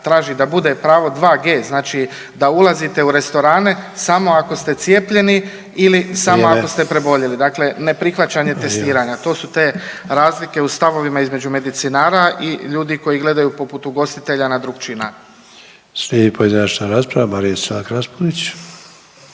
traži da bude pravo 2G dakle da ulazite u restorane samo ako ste cijepljeni ili samo ako ste preboljeli. Dakle, ne prihvaćanje testiranja to su te razlike u stavovima između medicinara i ljudi koji gledaju poput ugostitelja na drukčiji način. **Sanader, Ante